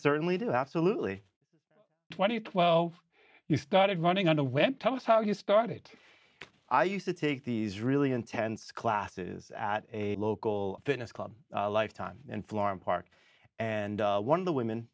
certainly do absolutely twentieth well you started running on the web tell us how you started i used to take these really intense classes at a local fitness club lifetime and flarm park and one of the women